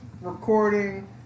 recording